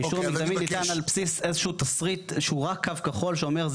האישור המקדמי ניתן על בסיס איזשהו תסריט שורה קו כחול שאומר,